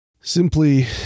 simply